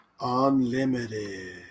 Unlimited